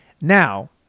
now